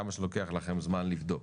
כמה שלוקח לכם זמן לבדוק,